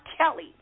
Kelly